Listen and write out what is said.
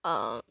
um